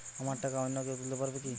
আমার টাকা অন্য কেউ তুলতে পারবে কি?